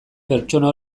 pertsona